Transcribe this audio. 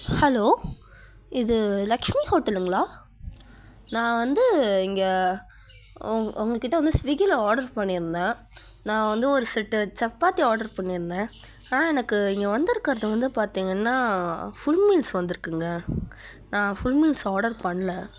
hello இது லக்ஷ்மி ஹோட்டலுங்களா நான் வந்து இங்கே உங் உங்கள்கிட்ட வந்து ஸ்விக்கியில் ஆர்டர் பண்ணியிருந்தேன் நான் வந்து ஒரு செட்டு சப்பாத்தி ஆர்ட்ரு பண்ணியிருந்தேன் ஆனால் எனக்கு இங்கே வந்துருக்கிறது வந்து பார்த்திங்கன்னா ஃபுல் மீல்ஸ் வந்திருக்குங்க நான் ஃபுல் மீல்ஸ் ஆர்டர் பண்ணல